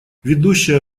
ведущая